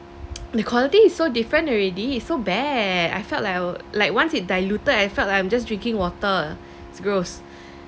the quality is so different already so bad I felt like I were like once it diluted I felt like I'm just drinking water it's gross